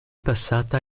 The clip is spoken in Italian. passata